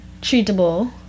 Treatable